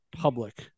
public